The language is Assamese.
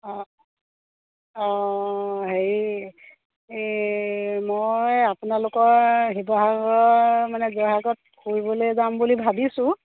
অঁ অঁ হেৰি এই মই আপোনালোকৰ শিৱসাগৰ মানে জয়সাগৰত ফুৰিবলৈ যাম বুলি ভাবিছোঁ